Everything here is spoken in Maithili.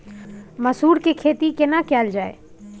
मसूर के खेती केना कैल जाय?